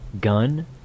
gun